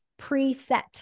preset